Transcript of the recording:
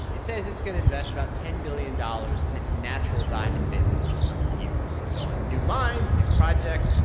it says it's going to invest about ten billion dollars in its natural diamond business in the coming years so on new mines, new projects,